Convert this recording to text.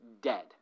dead